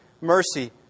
mercy